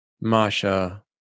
Masha